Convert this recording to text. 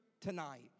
tonight